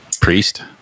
Priest